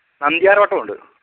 നന്ദ്യാർവട്ടം ഉണ്ട്